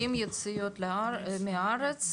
אם יציאות מהארץ,